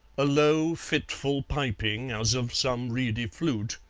a low, fitful piping, as of some reedy flute,